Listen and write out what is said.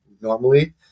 normally